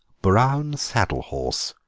brown saddle-horse,